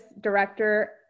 Director